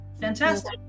Fantastic